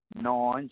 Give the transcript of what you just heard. nine